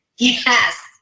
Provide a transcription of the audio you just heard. yes